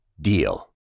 DEAL